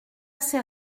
s’est